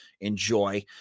enjoy